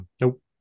Nope